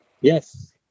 Yes